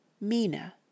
Mina